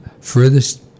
furthest